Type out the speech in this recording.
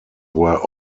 were